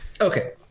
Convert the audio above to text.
Okay